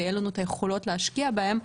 ותהיה לנו את היכולות להשקיע בהם,